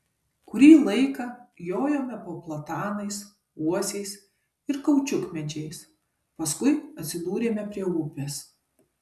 kurį laiką jojome po platanais uosiais ir kaučiukmedžiais paskui atsidūrėme prie upės